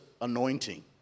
anointing